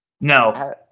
No